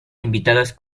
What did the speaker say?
invitadas